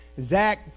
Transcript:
Zach